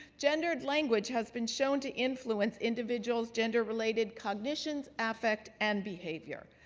gendered language has been shown to influence individuals' gender-related cognitions, affect, and behavior.